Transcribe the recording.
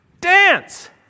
dance